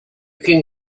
can